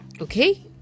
Okay